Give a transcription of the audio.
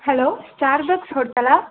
hello Saradas ஹோட்டலா